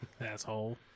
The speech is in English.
Asshole